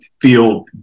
feel